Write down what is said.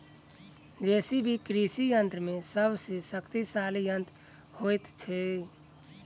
JCB कृषि यंत्र मे सभ सॅ शक्तिशाली यंत्र होइत छै